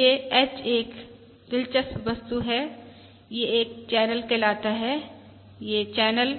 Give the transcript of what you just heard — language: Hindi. यह H एक दिलचस्प वस्तु है यह एक चैनल कहलाता है यह चैनल